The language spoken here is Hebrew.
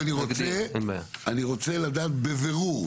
ואני רוצה לדעת בבירור,